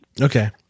Okay